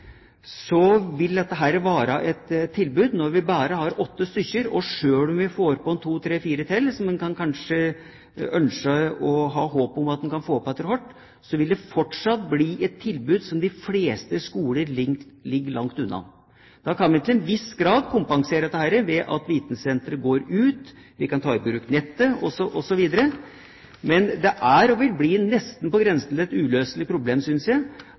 når vi bare har åtte stykker – og selv om vi får to–tre–fire til, som vi kanskje kan ønske og ha håp om å få etter hvert – vil dette fortsatt være et tilbud som de fleste skoler ligger langt unna. Da kan vi til en viss grad kompensere ved at vitensenteret går ut – vi kan ta i bruk nettet, osv. Men det er og vil bli nesten på grensen til et uløselig problem, synes jeg,